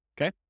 Okay